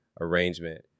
arrangement